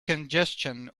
congestion